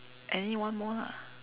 any one more lah